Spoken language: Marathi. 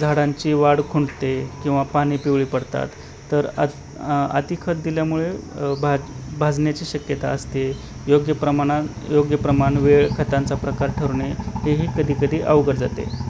झाडांची वाढ खुंटते किंवा पाने पिवळी पडतात तर आ अति खत दिल्यामुळे भा भाजण्याची शक्यता असते योग्य प्रमाणात योग्य प्रमाण वेळ खतांचा प्रकार ठरणे हेही कधीकधी अवघड जाते